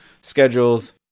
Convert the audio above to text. schedules